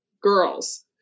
girls